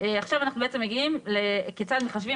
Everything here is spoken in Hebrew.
עכשיו אנחנו מגיעים לדרך בה מחשבים